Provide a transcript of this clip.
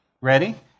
Ready